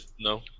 No